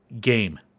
game